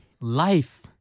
life